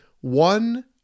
one